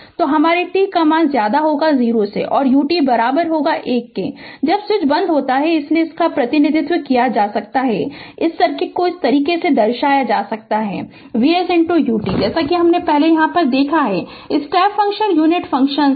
और हमारे t 0 ut 1 जब स्विच बंद होता है इसीलिए इसका प्रतिनिधित्व किया जा सकता है इस सर्किट को इस तरह से दर्शाया जा सकता है V s ut पहले देखा है कि step function unit step function है